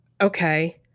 Okay